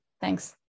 thanks